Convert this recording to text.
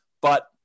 but-